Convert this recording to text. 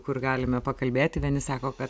kur galime pakalbėti vieni sako kad